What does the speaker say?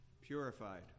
purified